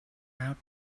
out